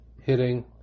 hitting